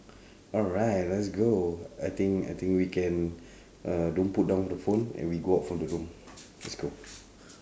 alright let's go I think I think we can uh don't put down the phone and we go out from the room let's go